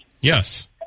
Yes